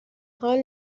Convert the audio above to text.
حال